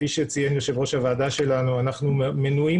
כפי שציין יושב ראש הוועדה שלנו אנחנו מנועים